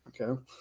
Okay